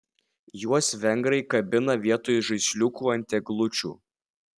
juos vengrai kabina vietoj žaisliukų ant eglučių